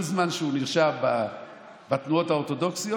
כל זמן שהוא נרשם בתנועות האורתודוקסיות,